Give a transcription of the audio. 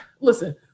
listen